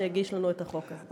שהגיש לנו את החוק הזה.